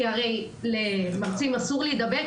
כי הרי למרצים אסור להידבק,